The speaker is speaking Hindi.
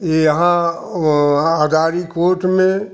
ये यहाँ अडारी कोट में